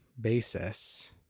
basis